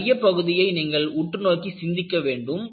அதன் மையப் பகுதியை நீங்கள் உற்று நோக்கி சிந்திக்க வேண்டும்